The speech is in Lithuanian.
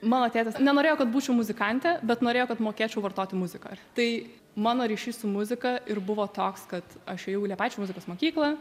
mano tėtis nenorėjo kad būčiau muzikantė bet norėjo kad mokėčiau vartoti muziką tai mano ryšys su muzika ir buvo toks kad aš ėjau į liepaičių muzikos mokyklą